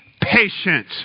patient